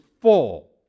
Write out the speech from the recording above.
full